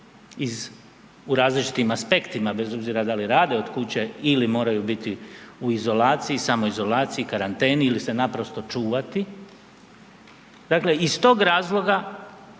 u različitim aspektima, bez obzira da li rade od kuće ili moraju biti u izolaciji, samoizolaciji, karanteni ili se naprosto čuvati, dakle iz tog razloga